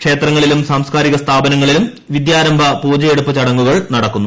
ക്ഷേത്രങ്ങളിലും സാംസ്കാരിക സ്ഥാപനങ്ങളിലും വിദ്യാരംഭം പൂജയെടുപ്പ് ചടങ്ങുകൾ നടക്കുന്നു